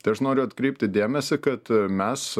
tai aš noriu atkreipti dėmesį kad mes